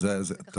במצב סיעודי.